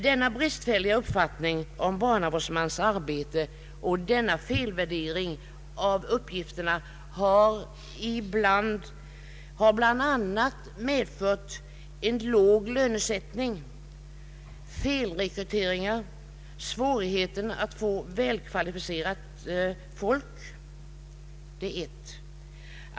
Denna bristfälliga uppfattning om barnavårdsmans arbete och denna felvärdering av uppgifterna har bl.a. medfört låg lönesättning, felrekryteringar och svårighet att få välkvalificerat folk. Det är en sida av saken.